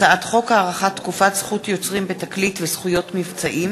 הצעת חוק הארכת תקופת זכות יוצרים בתקליט וזכויות מבצעים